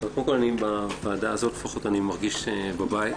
קודם כל בוועדה הזאת לפחות אני מרגיש בבית.